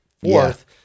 fourth